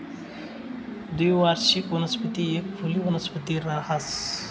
द्विवार्षिक वनस्पती एक फुली वनस्पती रहास